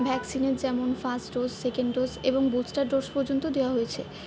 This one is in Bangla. ভ্যাক্সিনের যেমন ফার্স্ট ডোজ সেকেন্ড ডোজ এবং বুস্টার ডোজ পর্যন্ত দেওয়া হয়েছে